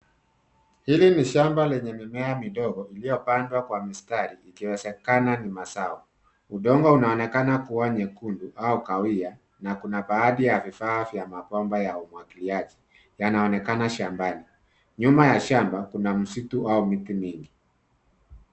Hili ni shamba lenye mimea midogo iliyopandwa kwa mistari ikiwezekana ni mazao. Udongo unaonekana kuwa nyekundu au kahawia na kuna baadhi ya vifaa vya mapamba ya umwagiliaji yanaonekana shambani. Nyuma ya shamba, kuna msitu au miti mingi.